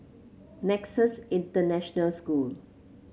Nexus International School